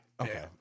Okay